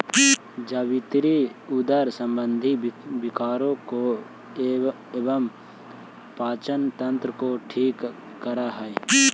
जावित्री उदर संबंधी विकारों को एवं पाचन तंत्र को ठीक करअ हई